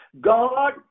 God